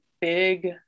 big